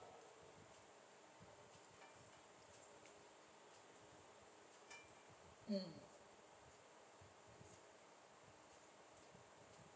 mm